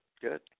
good